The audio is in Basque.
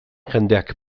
jendeak